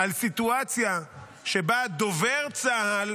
על סיטואציה שבה דובר צה"ל